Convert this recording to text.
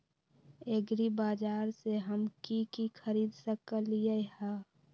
एग्रीबाजार से हम की की खरीद सकलियै ह?